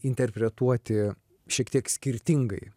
interpretuoti šiek tiek skirtingai